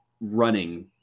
running